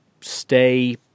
stay